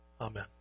Amen